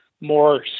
more